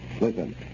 Listen